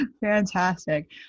Fantastic